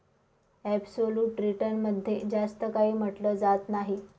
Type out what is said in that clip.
absolute return मध्ये जास्त काही म्हटलं जात नाही